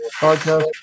podcast